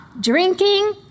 Drinking